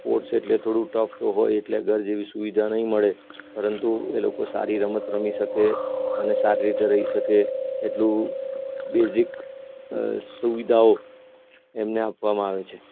sports હોય એટલે થોડું ટફ તો હોય એટલે ઘર જેવી સુવિધા નહિ મળે પરંતુ એ લોકો સારી રમત રમી શકે અને સારી રીતે રહી શકે એટલું બેઝિક સુવિધાઓ એમને આપવામાં આવે છે